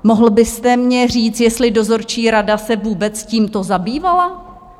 Mohl byste mi říct, jestli se dozorčí rada vůbec tímto zabývala?